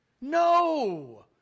no